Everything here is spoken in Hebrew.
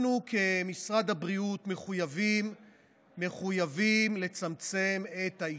אנחנו, כמשרד הבריאות, מחויבים לצמצם את העישון.